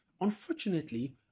Unfortunately